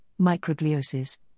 microgliosis